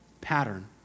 pattern